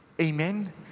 Amen